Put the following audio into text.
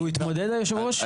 הוא התמודד יושב הראש?